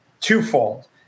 twofold